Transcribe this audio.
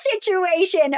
situation